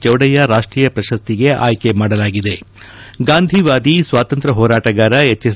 ಚೌಡಯ್ಯ ರಾಷ್ಟೀಯ ಪ್ರಶಸ್ತಿಗೆ ಆಯ್ಕೆ ಮಾಡಲಾಗಿದೆ ಗಾಂಧಿವಾದಿ ಸ್ವಾತಂತ್ರ್ಯ ಹೋರಾಟಗಾರ ಎಚ್ಎಸ್